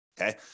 okay